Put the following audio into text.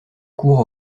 courts